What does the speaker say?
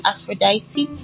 Aphrodite